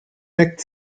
neckt